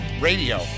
radio